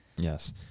Yes